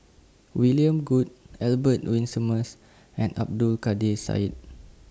William Goode Albert Winsemius and Abdul Kadir Syed